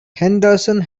henderson